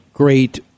great